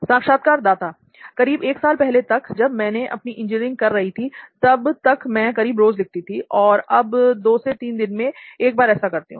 साक्षात्कारदाता करीब 1 साल पहले तक जब तक मैंने अपनी इंजीनियरिंग कर रही थी तब तक मैं करीब रोज लिखती थी और अब दो से तीन दिन में एक बार ऐसा करती हूं